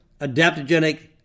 adaptogenic